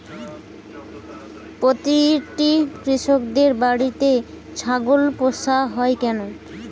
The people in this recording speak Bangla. প্রতিটি কৃষকদের বাড়িতে ছাগল পোষা হয় কেন?